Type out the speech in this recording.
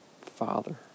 father